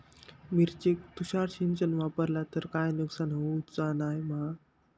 मिरचेक तुषार सिंचन वापरला तर काय नुकसान होऊचा नाय मा?